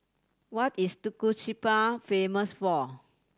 what is Tegucigalpa famous for